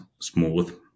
smooth